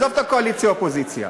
עזוב את הקואליציה אופוזיציה.